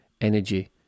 energy